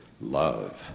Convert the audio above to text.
Love